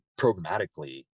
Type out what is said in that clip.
Programmatically